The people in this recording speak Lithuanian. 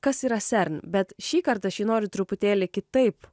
kas yra sern bet šįkart aš jį noriu truputėlį kitaip